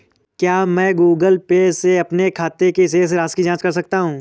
क्या मैं Google pay से अपने खाते की शेष राशि की जाँच कर सकता हूँ?